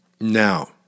Now